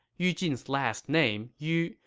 yu jin's last name, yu,